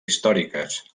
històriques